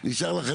תזכיר לי.